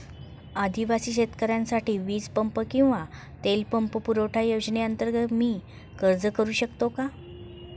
आदिवासी शेतकऱ्यांसाठीच्या वीज पंप किंवा तेल पंप पुरवठा योजनेअंतर्गत मी अर्ज करू शकतो का?